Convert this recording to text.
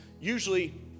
usually